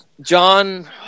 John